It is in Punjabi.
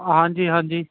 ਹਾਂਜੀ ਹਾਂਜੀ